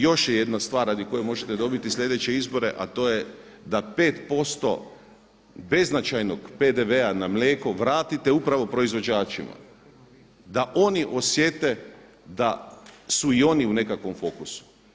Još je jedna stvar radi koje možete dobiti sljedeće izbore, a to je da 5% beznačajnog PDV-a na mlijeko vratite upravo proizvođačima, da oni osjete da su i oni u nekakvom fokusu.